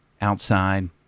outside